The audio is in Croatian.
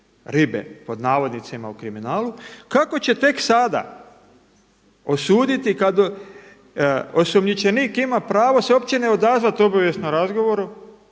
ribe pod navodnicima u kriminalu kako će tek sada osuditi kada osumnjičenik ima pravo se uopće ne odazvati obavijesnom razgovoru,